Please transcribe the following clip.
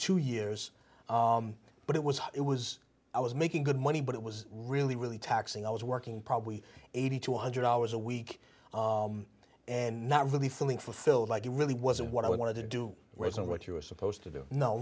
two years but it was it was i was making good money but it was really really taxing i was working probably eighty to one hundred hours a week and not really feeling fulfilled like i really wasn't what i wanted to do whereas and what you were supposed to do no